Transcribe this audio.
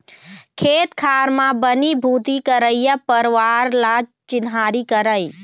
खेत खार म बनी भूथी करइया परवार ल चिन्हारी करई